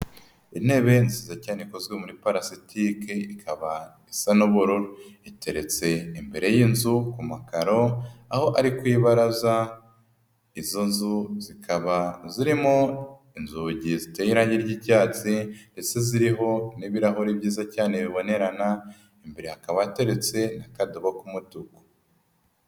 Intebe nziza cyane ikozwe muri palasitike ikaba isa n'ubururu, iteretse imbere y'inzu ku makaro aho ari ku ibaraza, izo nzu zikaba zirimo inzugi ziteye irangi ry'icyatsi ndetse ziriho n'ibirahuri byiza cyane bibonerana, imbere hakaba hateretse n'akadobo k'umutuku.